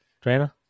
Trainer